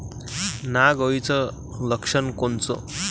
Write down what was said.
नाग अळीचं लक्षण कोनचं?